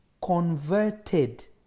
converted